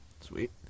Sweet